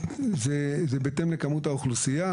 השרה בבקשה.